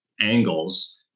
angles